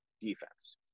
defense